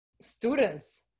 students